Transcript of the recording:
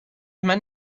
man